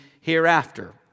hereafter